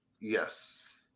Yes